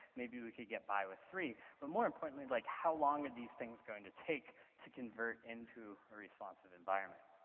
maybe we could get by with three. but, more importantly, like how long are these things going to take to convert into into a responsive environment?